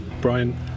Brian